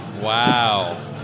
Wow